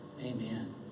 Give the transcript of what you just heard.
Amen